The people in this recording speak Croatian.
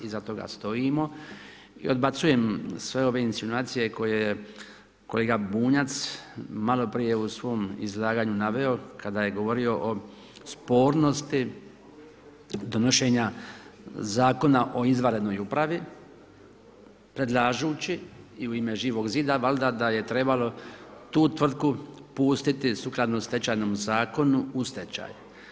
I iza toga stojimo i odbacujem sve ove insinuacije koje je kolega Bunjac malo prije u svom izlaganju naveo kada je govorio o spornosti donošenja Zakona o izvanrednoj upravi predlažući i u ime Živog zida valjda da je trebalo tu tvrtku pustiti sukladno stečajnom zakonu u stečaj.